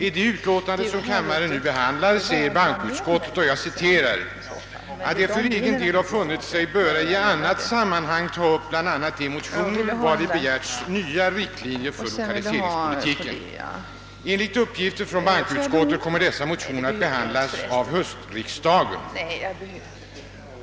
I det utlåtande som kammaren nu behandlar skriver bankoutskottet att det för egen del »funnit sig böra i annat sammanhang ta upp bl.a. de motioner vari begärs nya riktlinjer för lokaliseringspolitiken». Enligt uppgift från bankoutskottet kommer dessa motioner att behandlas av höstriksdagen.